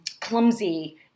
clumsy